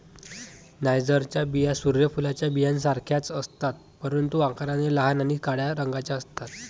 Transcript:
नायजरच्या बिया सूर्य फुलाच्या बियांसारख्याच असतात, परंतु आकाराने लहान आणि काळ्या रंगाच्या असतात